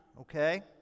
okay